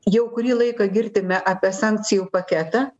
jau kurį laiką girdime apie sankcijų paketą